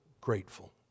grateful